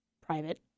private